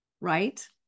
right